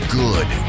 good